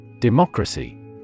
Democracy